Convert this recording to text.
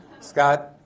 Scott